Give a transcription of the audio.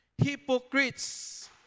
Hypocrites